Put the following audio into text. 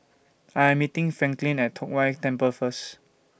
I'm meeting Franklyn At Tong Whye Temple First